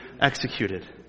executed